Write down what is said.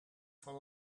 van